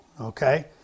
okay